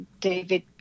David